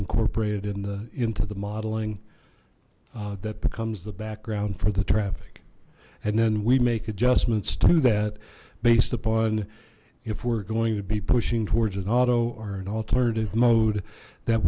incorporated in the into the modeling that becomes the background for the traffic and then we make adjustments to that based upon if we're going to be pushing towards an auto or an alternative mode that